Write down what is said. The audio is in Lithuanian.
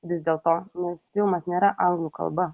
vis dėlto nors filmas nėra anglų kalba